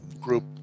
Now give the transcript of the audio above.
group